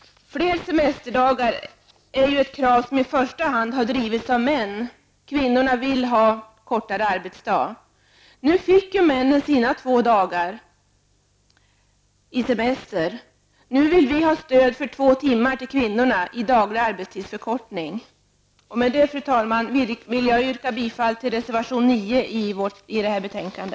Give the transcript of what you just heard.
Fler semesterdagar är ett krav som i första hand har drivits av män. Kvinnorna vill hellre ha kortare arbetsdag. Nu fick ju männen sin två dagar längre semester. Nu vill vi ha stöd för två timmar till kvinnorna i daglig arbetstidsförkortning. Fru talman! Med det anförda vill jag yrka bifall till reservation 9 i detta betänkande.